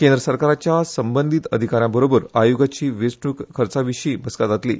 केंद्र सरकाराच्या संबंधित अधिका यांबरोबर आयोगाची वेचणूक खर्चाविशीय बसका जातली